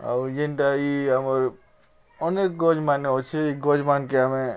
ଆଉ ଯେନ୍ଟା ଇ ଆମର୍ ଅନେକ୍ ଗଛ୍ମାନେ ଅଛେ ଇ ଗଛ୍ମାନ୍କେ ଆମେ